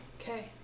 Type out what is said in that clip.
Okay